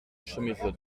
chemise